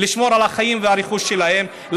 לשמור על החיים והרכוש שלהם.